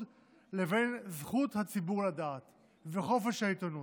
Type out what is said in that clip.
לבין זכות הציבור לדעת וחופש העיתונות.